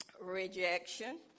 Rejection